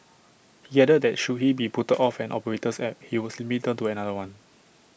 he added that should he be put off an operator's app he would simply turn to another one